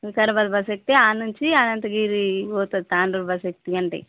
Vikarabad bus ఎక్కితే అక్కడ్ నుంచి అనంతగిరి పోతుంది తాండూరు బస్ ఎక్కితివి అంటే